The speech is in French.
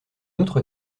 autre